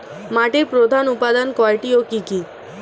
মাটির প্রধান উপাদান কয়টি ও কি কি?